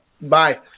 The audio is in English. Bye